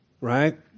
right